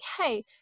Hey